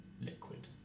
liquid